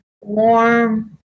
warm